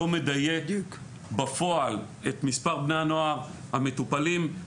לא מדייק את מספר בני הנוער המטופלים בפועל.